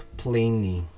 plainly